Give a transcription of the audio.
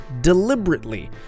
deliberately